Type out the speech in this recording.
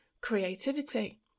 creativity